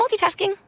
multitasking